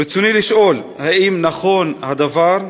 רצוני לשאול: 1. האם נכון הדבר?